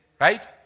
right